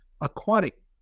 aquatic